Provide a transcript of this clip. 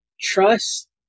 trust